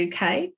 uk